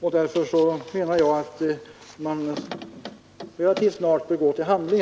Därför menar jag att man relativt snart bör gå till handling.